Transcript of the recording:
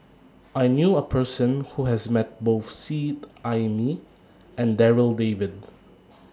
I knew A Person Who has Met Both Seet Ai Mee and Darryl David